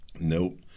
Nope